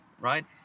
Right